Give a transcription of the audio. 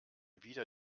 wieder